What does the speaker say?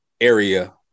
area